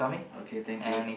okay thank you